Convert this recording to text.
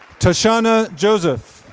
tachana joseph.